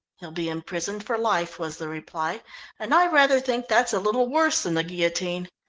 he'll be imprisoned for life, was the reply and i rather think that's a little worse than the guillotine.